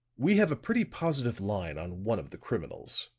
we have a pretty positive line on one of the criminals,